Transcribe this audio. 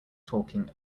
talking